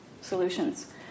solutions